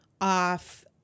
off